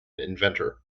inventor